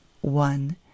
one